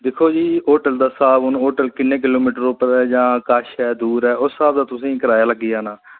दिक्खो जी होटल दा स्हाब हून होटल किन्ने किलोमिटर उप्पर ऐ जां कश ऐ कोल ऐ उस स्हाब दा तुसें गी कराया लग्गी जाना